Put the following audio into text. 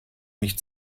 nicht